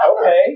Okay